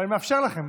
אבל אני מאפשר לכם.